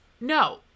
No